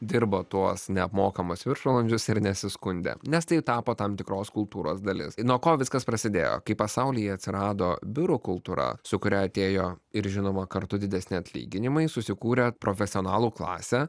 dirbo tuos neapmokamus viršvalandžius ir nesiskundė nes tai tapo tam tikros kultūros dalis nuo ko viskas prasidėjo kai pasaulyje atsirado biurų kultūra su kuria atėjo ir žinoma kartu didesni atlyginimai susikūrė profesionalų klasė